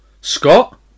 Scott